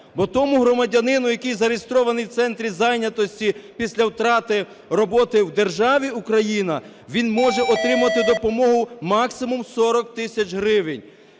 Бо тому громадянину, який зареєстрований у центрі зайнятості, після втрати роботи в державі Україна, він може отримати допомогу максимум 40 тисяч гривень.